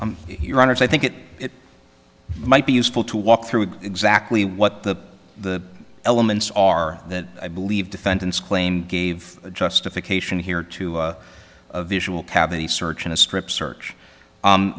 your honor i think it might be useful to walk through exactly what the the elements are that i believe defendant's claim gave justification here to a visual cavity search in a strip search